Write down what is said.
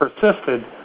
persisted